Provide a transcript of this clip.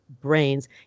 brains